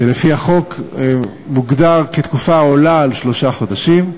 שלפי החוק מוגדר תקופה העולה על שלושה חודשים,